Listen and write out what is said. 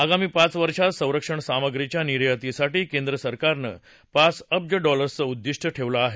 आगामी पाच वर्षात संरक्षणसामुप्रीच्या निर्यातीसाठी केंद्रसरकारनं पाच अब्ज डॉलर्सचं उद्दिष्ट ठेवलं आहे